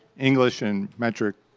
english and metric,